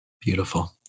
Beautiful